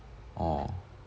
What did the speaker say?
oh